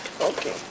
Okay